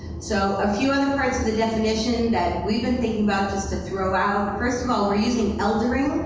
so, a few other parts of the definition that we've been thinking about just to throw out. first of all, we're using eldering.